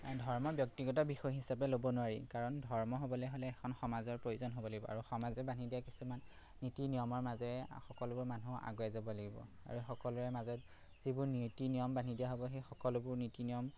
ধৰ্মৰ ব্যক্তিগত বিষয় হিচাপে ল'ব নোৱাৰি কাৰণ ধৰ্ম হ'বলে হ'লে এখন সমাজৰ প্ৰয়োজন হ'ব লাগিব আৰু সমাজে বান্ধি দিয়া কিছুমান নীতি নিয়মৰ মাজেৰে সকলোবোৰ মানুহ আগুৱাই যাব লাগিব আৰু সকলোৰে মাজত যিবোৰ নীতি নিয়ম বান্ধি দিয়া হ'ব সেই সকলোবোৰ নীতি নিয়ম